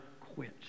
quit